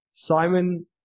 Simon